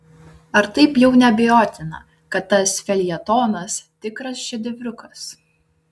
ar taip jau neabejotina kad tas feljetonas tikras šedevriukas